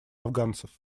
афганцев